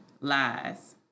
lies